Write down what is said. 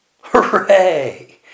Hooray